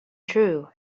true